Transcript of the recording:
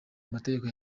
amategeko